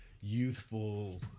youthful